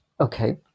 Okay